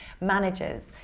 managers